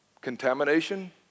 contamination